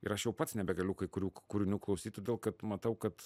ir aš jau pats nebegaliu kai kurių kūrinių klausyt todėl kad matau kad